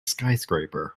skyscraper